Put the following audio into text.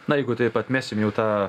na jeigu taip atmesim jau tą